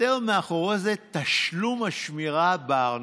מסתתר מאחורי זה תשלום השמירה בארנונה,